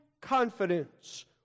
confidence